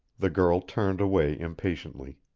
the girl turned away impatiently.